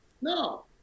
No